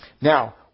Now